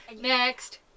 Next